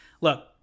Look